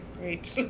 Great